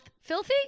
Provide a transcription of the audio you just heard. Filthy